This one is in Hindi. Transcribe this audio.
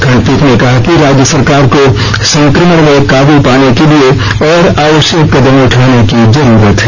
खंडपीठ ने कहा कि राज्य सरकार को संकमण में काबू पाने के लिए आवश्यक कदम उठाने की जरूरत है